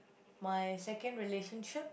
my second relationship